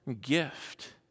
gift